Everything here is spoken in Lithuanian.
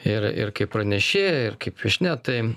ir ir kaip pranešėja ir kaip viešnia tai